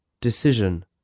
Decision